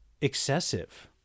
excessive